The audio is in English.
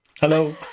Hello